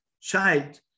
child